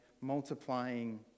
multiplying